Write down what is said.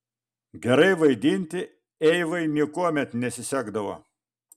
gerai vaidinti eivai niekuomet nesisekdavo